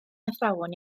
athrawon